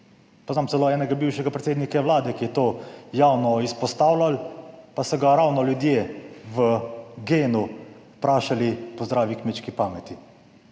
Poznam celo enega bivšega predsednika Vlade, ki je to javno izpostavljal, pa so ga ravno ljudje v Gen vprašali po zdravi kmečki pameti.